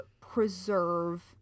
preserve